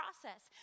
process